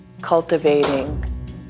cultivating